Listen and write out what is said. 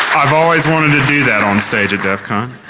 i've always wanted to do that on stage at def con.